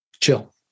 chill